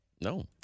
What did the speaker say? No